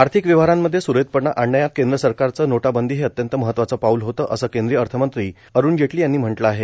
आर्थिक व्यवहारांमध्ये सुरळीतपणा आणण्यात केंद्र सरकारचं नोटबंदी हे अत्यंत महत्वाचं पाऊल होतं असं केंद्रीय अर्थमंत्री अरूण जेटली यांनी म्हटलं आहे